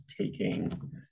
taking